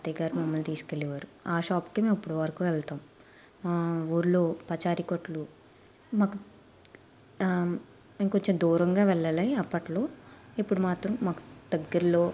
మా తాతయ్య గారు మమ్మల్ని తీసుకెళ్ళేవారు ఆ షాప్కే మేం ఇప్పటివరకు వెళ్తాం ఊర్లో పచారి కొట్లు ఇంకొంచెం దూరంగా వెళ్ళాలి అప్పట్లో ఇప్పుడు మాత్రం మాకు దగ్గర్లో